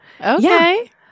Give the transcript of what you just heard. Okay